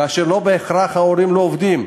כאשר לא בהכרח ההורים לא עובדים,